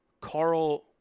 Carl